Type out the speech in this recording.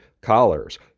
collars